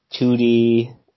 2D